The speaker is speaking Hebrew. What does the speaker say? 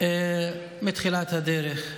מתחילת הדרך.